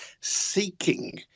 seeking